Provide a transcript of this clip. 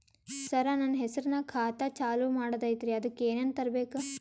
ಸರ, ನನ್ನ ಹೆಸರ್ನಾಗ ಖಾತಾ ಚಾಲು ಮಾಡದೈತ್ರೀ ಅದಕ ಏನನ ತರಬೇಕ?